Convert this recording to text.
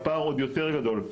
הפער עוד יותר גדול,